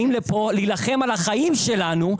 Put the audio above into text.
באים לפה כדי להילחם על החיים שלנו,